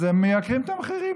אז הם מעלים את המחירים.